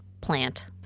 plant